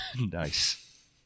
Nice